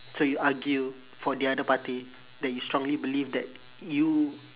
so you argue for the other party that you strongly believe that you